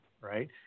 right